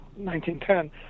1910